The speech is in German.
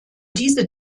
diese